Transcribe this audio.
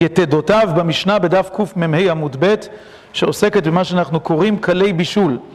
יתדותיו במשנה בדף קמ"ה עמוד ב', שעוסקת במה שאנחנו קוראים קלי בישול.